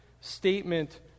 statement